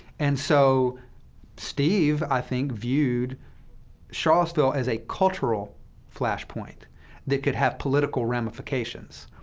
and so steve, i think, viewed charlottesville as a cultural flashpoint that could have political ramifications,